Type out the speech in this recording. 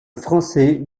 français